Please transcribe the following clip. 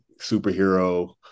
superhero